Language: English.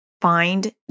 find